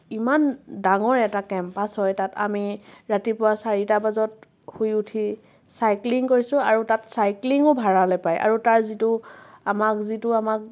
ইমান ডাঙৰ এটা কেম্পাছ হয় তাত আমি ৰাতিপুৱা চাৰিটা বজাত শুই উঠি চাইক্লিং কৰিছোঁ আৰু তাত চাইক্লিঙো ভাড়ালৈ পায় আৰু তাৰ যিটো আমাক যিটো আমাক